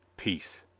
peace!